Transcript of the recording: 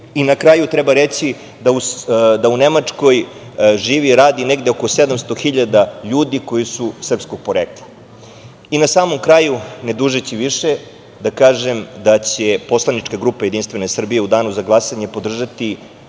I na kraju, treba reći da u Nemačkoj živi i radi negde oko 700.000 ljudi koji su srpskog porekla. Na samom kraju, ne dužeći više, da kažem da će poslanička grupa JS u danu za glasanje podržati,